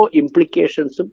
implications